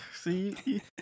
see